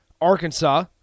Arkansas